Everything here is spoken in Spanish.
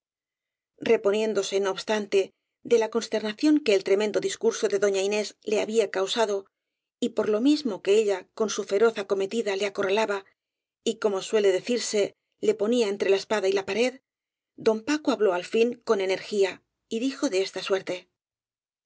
reponiéndose no obstante de la consternación que el tremendo discurso de doña inés le había causado y por lo mismo que ella con su feroz acometida le acorralaba y como suele de cirse le ponía entre la espada y la pared don paco habló al fin con energía y dijo de esta suerte